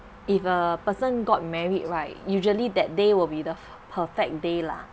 if a person got married right usually that day will be the perfect day lah